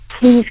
please